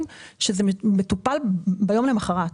שברוב המקרים זה מטופל ביום למוחרת.